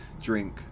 drink